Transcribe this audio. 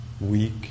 weak